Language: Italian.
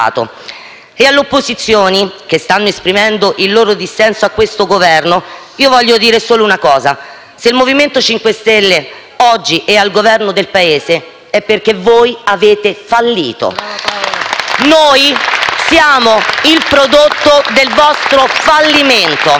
E alle opposizioni, che stanno esprimendo il loro dissenso a questo Governo, voglio dire solo una cosa: se il MoVimento 5 Stelle oggi è al Governo del Paese, è perché voi avete fallito. *(Applausi dal Gruppo M5S)*. Noi siamo il prodotto del vostro fallimento.